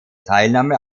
teilnahme